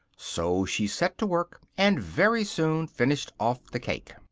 so she set to work, and very soon finished off the cake.